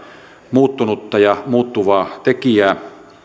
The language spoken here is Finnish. muuttunutta ja muuttuvaa tekijää